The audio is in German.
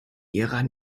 ihrer